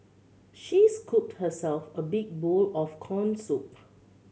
she scooped herself a big bowl of corn soup